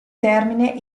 termine